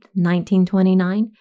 1929